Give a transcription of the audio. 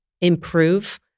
improve